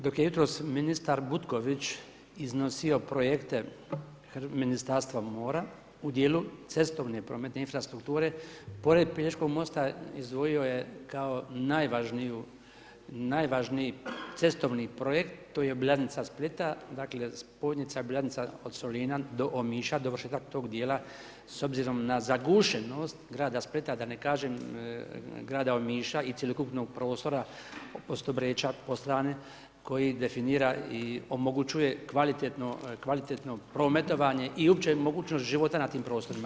Dok je jutros ministar Butković iznosio projekte Ministarstva mora u dijelu cestovne prometne infrastrukture pored Pelješkog mosta izdvojio je kao najvažniju, najvažniji cestovni projekt, to je obilaznica Splita, dakle spojnica, bilanca od Solina do Omiša, dovršetak tog dijela s obzirom na zagušenost grada Splita, da ne kažem grada Omiša i cjelokupnog prostora ... po strani koji definira i omogućuje kvalitetno prometovanje i uopće mogućnost života na tim prostorima.